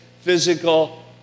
physical